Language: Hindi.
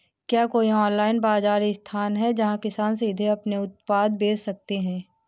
क्या कोई ऑनलाइन बाज़ार स्थान है जहाँ किसान सीधे अपने उत्पाद बेच सकते हैं?